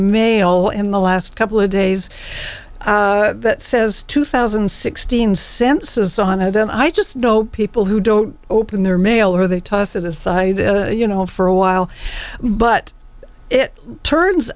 mail in the last couple of days that says two thousand and sixteen cents is on it and i just know people who don't open their mail or they toss it aside you know for a while but it turns